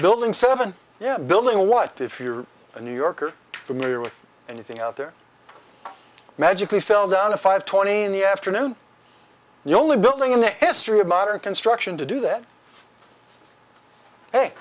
building seven yeah building what if you're a new yorker familiar with anything out there magically fell down a five twenty in the afternoon the only building in the history of modern construction to do that hey